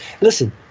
Listen